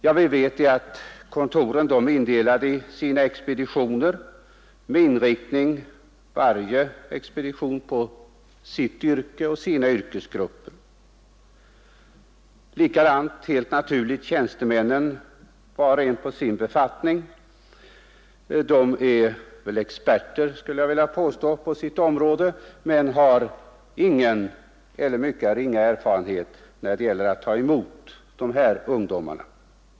Vi vet att arbetsförmedlingarnas kontor är indelade i expeditioner, varje expedition med inriktning på visst yrke eller yrkesgrupp. Likadant är helt naturligt tjänstemännen inriktade var och en på sin befattning. De är experter skulle jag vilja påstå på sitt område, men de har ingen eller mycket ringa erfarenhet när det gäller att ta emot de här ungdomarna.